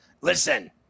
Listen